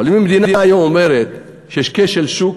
אבל המדינה היום אומרת שיש כשל שוק